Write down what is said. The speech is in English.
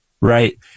right